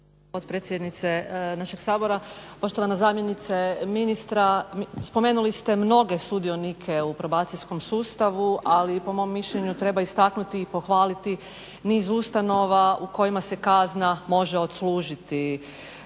potpredsjednice našeg Sabora. Poštovana zamjenice ministra, spomenuli ste mnoge sudionike u probacijskom sustavu, ali po mom mišljenju treba istaknuti i pohvaliti niz ustanova u kojima se kazna može odslužiti,